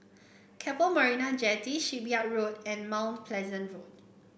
Keppel Marina Jetty Shipyard Road and Mount Pleasant Road